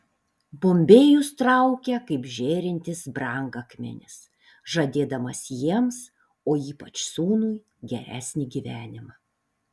bombėjus traukia kaip žėrintis brangakmenis žadėdamas jiems o ypač sūnui geresnį gyvenimą